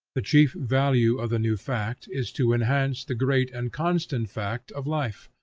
the chief value of the new fact is to enhance the great and constant fact of life,